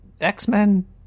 X-Men